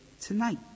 tonight